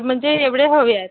म्हणजे एवढे हवे आहेत